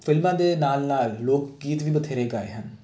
ਫਿਲਮਾਂ ਦੇ ਨਾਲ ਨਾਲ ਲੋਕ ਗੀਤ ਵੀ ਬਥੇਰੇ ਗਾਏ ਹਨ